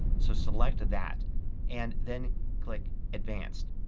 so select that and then click advanced.